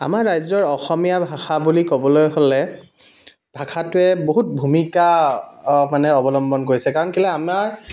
আমাৰ ৰাজ্যৰ অসমীয়া ভাষা বুলি ক'বলৈ হ'লে ভাষাটোৱে বহুত ভূমিকা মানে অৱলম্বন কৰিছে কাৰণ কেলে আমাৰ